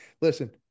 listen